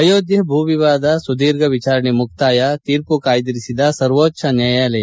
ಅಯೋದ್ದೆ ಭೂ ವಿವಾದ ಸುಧೀರ್ಘ ವಿಚಾರಣೆ ಮುಕ್ತಾಯ ತೀರ್ಮ ಕಾಯ್ದಿರಿಸಿದ ಸರ್ವೋಚ್ವ ನ್ಯಾಯಾಲಯ